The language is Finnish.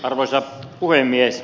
arvoisa puhemies